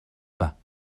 bas